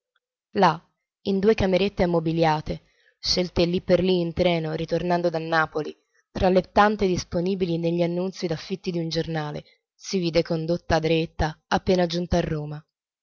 là in due camerette ammobigliate scelte lì per lì in treno ritornando da napoli tra le tante disponibili negli annunzi d'affitti di un giornale si vide condotta dreetta appena giunta a roma